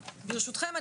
ברשותכם,